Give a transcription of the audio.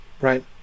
right